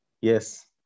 Yes